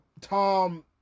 Tom